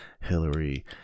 Hillary